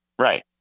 Right